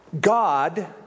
God